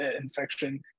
infection